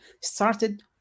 started